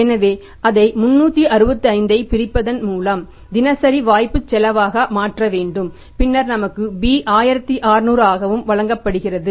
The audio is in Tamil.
எனவே அதை 365 ஐப் பிரிப்பதன் மூலம் தினசரி வாய்ப்பு செலவாக மாற்ற வேண்டும் பின்னர் நமக்கு b 1600 ஆகவும் வழங்கப்படுகிறது